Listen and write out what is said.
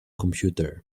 computer